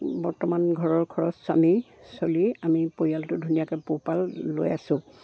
বৰ্তমান ঘৰৰ খৰচ স্বামী চলি আমি পৰিয়ালটো ধুনীয়াকৈ পোহপাল লৈ আছোঁ